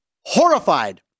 horrified